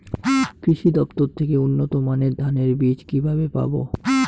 কৃষি দফতর থেকে উন্নত মানের ধানের বীজ কিভাবে পাব?